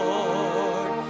Lord